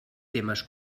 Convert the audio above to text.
temes